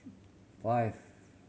five